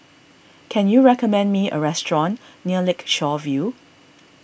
can you recommend me a restaurant near Lakeshore View